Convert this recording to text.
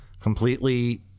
completely